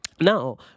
Now